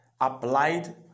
applied